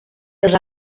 els